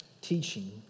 teaching